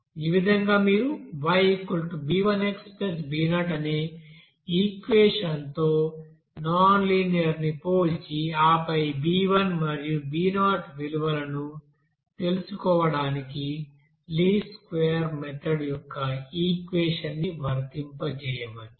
ఈ విధంగా మీరు yb1xb0 అనే ఈక్వెషన్తో నాన్ లీనియర్ని పోల్చి ఆపై b1 మరియు b0 విలువలను తెలుసుకోవడానికి లీస్ట్ స్క్వేర్ మెథడ్ యొక్క ఈక్వెషన్ ని వర్తింపజేయవచ్చు